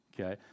Okay